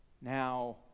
now